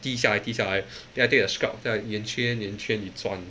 滴下来滴下来 then I take the scrub then I 圆圈圆圈你转